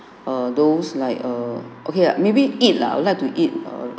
err those like err okay maybe eat lah I would like to eat err